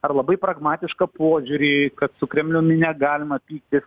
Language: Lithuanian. ar labai pragmatišką požiūrį kad su kremliumi negalima pyktis